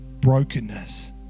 brokenness